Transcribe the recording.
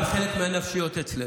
גם חלק מהנפשיות אצלנו,